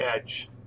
edge